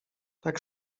tak